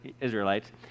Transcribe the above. Israelites